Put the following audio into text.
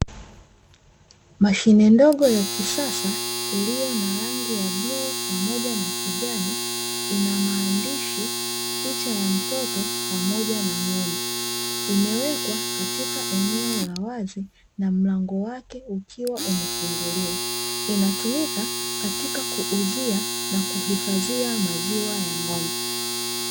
Mashine ndogo ya kisasa, iliyo na rangi ya buluu pamoja na kijani, ina maandishi, picha ya mtoto pamoja na ng'ombe. Imewekwa katika eneo la wazi na mlango wake ukiwa umefunguliwa. Inatumika katika kuuzia na kuhifadhia maziwa ya ng'ombe.